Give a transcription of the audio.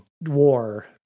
war